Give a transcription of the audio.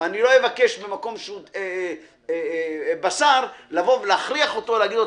לא אבקש במקום שנותן בשר להכריח אותו ולומר: